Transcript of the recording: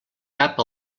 cap